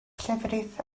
llefrith